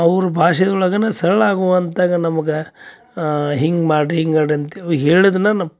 ಅವ್ರ ಭಾಷೆದೊಳಗೇನ ಸರಳ ಆಗುವಂತಗ ನಮ್ಗೆ ಹಿಂಗೆ ಮಾಡಿರಿ ಹಿಂಗೆ ಮಾಡಿರಿ ಅಂತ ಹೇಳಿದ್ದನ್ನ ನಾವು ಪಕ್ಕಾ